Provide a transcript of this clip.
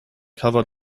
cover